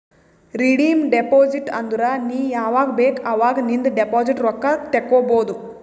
redeem deposit ಅಂದುರ್ ನೀ ಯಾವಾಗ್ ಬೇಕ್ ಅವಾಗ್ ನಿಂದ್ ಡೆಪೋಸಿಟ್ ರೊಕ್ಕಾ ತೇಕೊಬೋದು